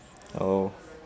oh